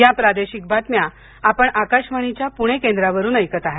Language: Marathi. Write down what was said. या प्रादेशिक बातम्या आपण आकाशवाणीच्या पूणे केंद्रावरून ऐकत आहात